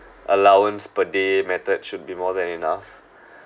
allowance per day method should be more than enough